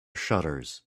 shutters